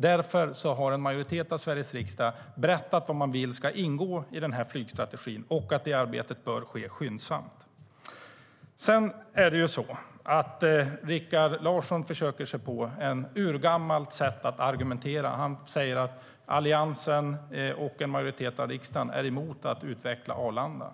Därför har en majoritet av Sveriges riksdag berättat vad man vill ska ingå i denna flygstrategi och att detta arbete bör ske skyndsamt. Rikard Larsson försöker sig på ett urgammalt sätt att argumentera. Han säger att Alliansen och en majoritet av riksdagen är emot att utveckla Arlanda.